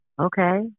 Okay